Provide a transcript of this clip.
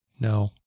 No